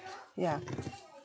yeah